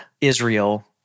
Israel